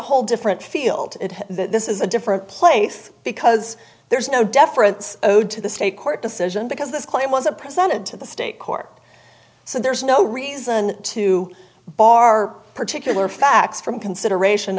whole different field this is a different place because there is no deference owed to the state court decision because this claim wasn't presented to the state court so there's no reason to bar particular facts from consideration